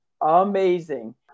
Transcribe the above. amazing